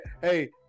hey